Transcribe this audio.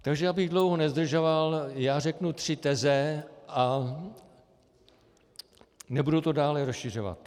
Takže abych dlouho nezdržoval, řeknu tři teze a nebudu to dále rozšiřovat.